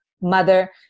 mother